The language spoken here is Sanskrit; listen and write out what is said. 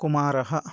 कुमारः